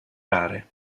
rare